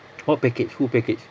what package who package